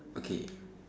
okay